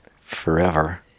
forever